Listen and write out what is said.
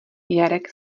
jarek